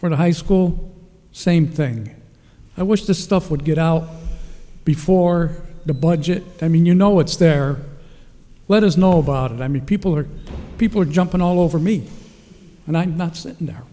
for the high school same thing i wish this stuff would get out before the budget i mean you know it's there let us know about it i mean people are people are jumping all over me and i'm not sitting there